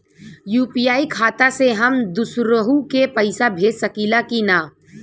UPI खाता से हम दुसरहु के पैसा भेज सकीला की ना?